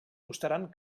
costaran